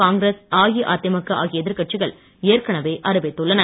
காங்கிரஸ் அஇஅதிமுக ஆகிய எதிர்கட்சிகள் ஏற்கனவே அறிவித்துள்ளன